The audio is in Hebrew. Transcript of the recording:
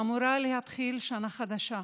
אמורה להתחיל שנה חדשה,